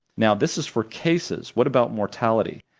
now this is for cases, what about mortality?